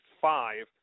five